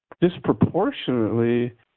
disproportionately